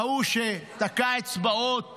ההוא שתקע אצבעות